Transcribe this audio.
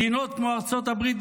מדינות כמו ארצות הברית,